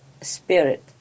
spirit